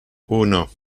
uno